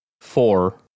four